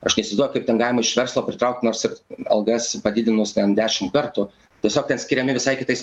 aš kai įsivaizduoju kaip ten galima iš verslo pritraukt nors ir algas padidinus ten dešim kartų tiesiog ten skiriami visai kitais